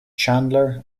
chandler